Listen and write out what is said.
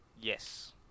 yes